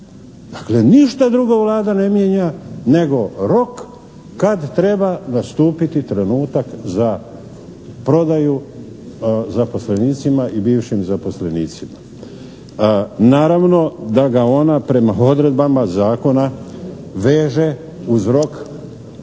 ništa drugo Vlada ne mijenja nego rok kad treba nastupiti trenutak za prodaju zaposlenicima i bivšim zaposlenicima. Naravno, da ga ona prema odredbama zakona veže uz rok